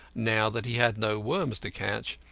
now that he had no worms to catch.